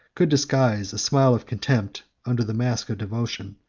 could disguise a smile of contempt under the mask of devotion,